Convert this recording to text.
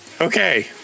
Okay